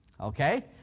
Okay